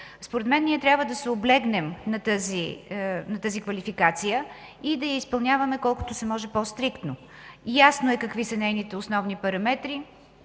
Според мен ние трябва да се облегнем на тази квалификация и да я изпълняваме колкото се може по-стриктно. Ясно е какви са нейните основни параметри: